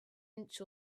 inch